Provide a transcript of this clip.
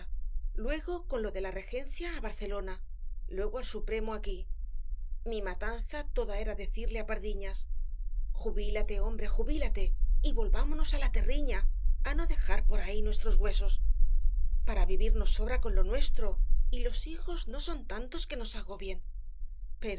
luego con lo de la regencia á barcelona luego al supremo aquí mi matanza toda era decirle á pardiñas jubílate hombre jubílate y volvámonos á la terriña á no dejar por ahí nuestros huesos para vivir nos sobra con lo nuestro y los hijos no son tantos que nos agobien